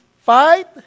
Fight